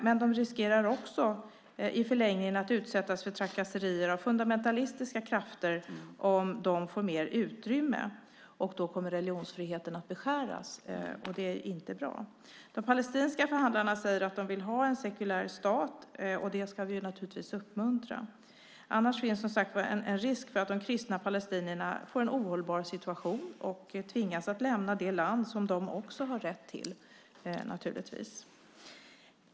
Men de riskerar också i förlängningen att utsättas för trakasserier av fundamentalistiska krafter om de får mer utrymme, och då kommer religionsfriheten att beskäras. Det är inte bra. De palestinska förhandlarna säger att de vill ha en sekulär stat. Det ska vi naturligtvis uppmuntra. Annars finns det, som sagt var, en risk för att de kristna palestinierna får en ohållbar situation och tvingas att lämna det land som de naturligtvis också har rätt till.